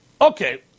okay